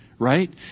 Right